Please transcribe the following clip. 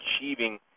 achieving